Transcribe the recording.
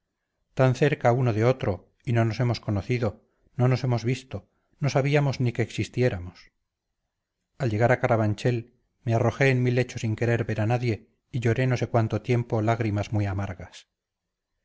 tan cerca uno de otro y no nos hemos conocido no nos hemos visto no sabíamos ni que existiéramos al llegar a carabanchel me arrojé en mi lecho sin querer ver a nadie y lloré no sé cuánto tiempo lágrimas muy amargas